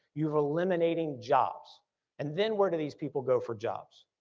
you're eliminating jobs and then where do these people go for jobs.